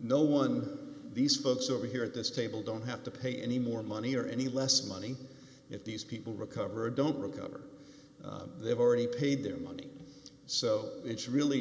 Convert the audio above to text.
no one these folks over here at this table don't have to pay any more money or any less money if these people recover or don't recover they've already paid their money so it's really